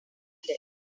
london